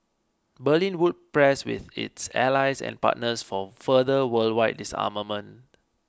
Berlin would press with its allies and partners for further worldwide disarmament